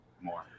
more